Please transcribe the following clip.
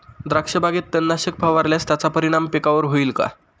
द्राक्षबागेत तणनाशक फवारल्यास त्याचा परिणाम पिकावर होईल का?